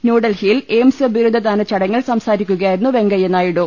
ന്യൂഡൽഹി യിൽ എയിംസ് ബിരുദദാന ചടങ്ങിൽ സംസാരിക്കുകയായിരുന്നു വെങ്കയ്യ നായിഡു